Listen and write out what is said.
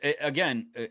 again